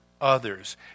others